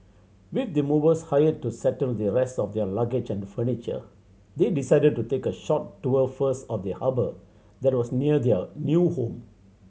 with the movers hired to settle their rest of their luggage and furniture they decided to take a short tour first of their harbour that was near their new home